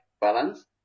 balance